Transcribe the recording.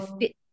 fit